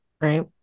right